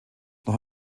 noch